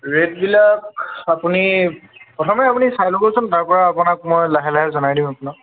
ৰেটবিলাক আপুনি প্ৰথমে আপুনি চাই ল'বচোন তাৰ পৰা আপোনাক মই লাহে লাহে জনাই দিম আপোনাক